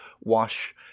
wash